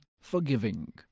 forgiving